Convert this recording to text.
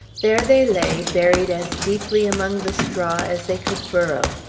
there they lay, buried as deeply among the straw as they could burrow,